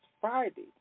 Friday